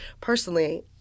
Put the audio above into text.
personally